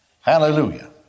Hallelujah